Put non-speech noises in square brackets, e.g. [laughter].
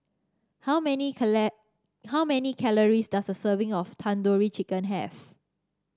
how many [unintelligible] how many calories does a serving of Tandoori Chicken have